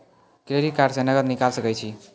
Credit card से नगद निकाल सके छी?